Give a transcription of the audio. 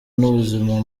n’ubuzima